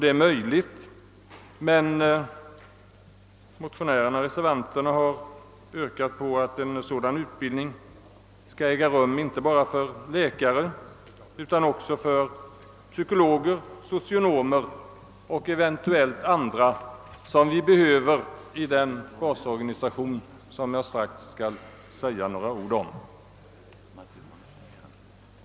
Det är möjligt att så blir fallet, men motionärerna och reservanterna har yrkat på att en sådan utbildning skall äga rum inte bara för läkare utan också för psykologer, socionomer och eventuellt andra kategorier som vi behöver i den basorganisation vilken jag strax skall gå närmare in på.